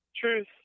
truth